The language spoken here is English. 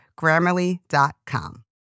Grammarly.com